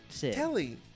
Kelly